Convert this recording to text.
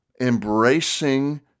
embracing